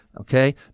okay